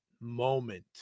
moment